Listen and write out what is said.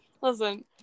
Listen